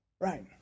Right